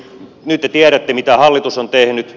nyt te tiedätte mitä hallitus on tehnyt